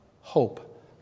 hope